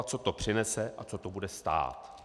Co to přinese a co to bude stát?